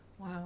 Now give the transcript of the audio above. Wow